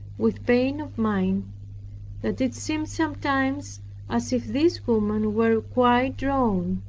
with pain of mind that it seemed sometimes as if this woman were quite drowned,